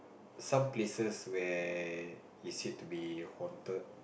some places where he said to be haunted